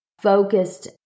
focused